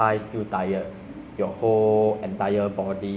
it's not a good thing lah even though ah gaming is ah